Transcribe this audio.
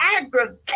aggravated